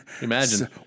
Imagine